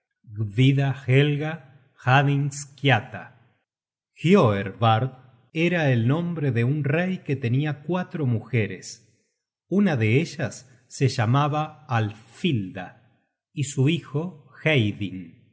book search generated at hioervard era el nombre de un rey que tenia cuatro mujeres una de ellas se llamaba alfhilda y su hijo